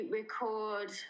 record